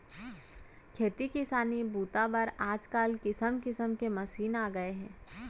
खेती किसानी बूता बर आजकाल किसम किसम के मसीन आ गए हे